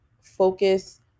focus